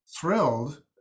thrilled